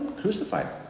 crucified